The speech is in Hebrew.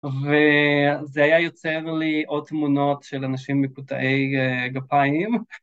וזה היה יוצר לי עוד תמונות של אנשים מקוטעי גפיים.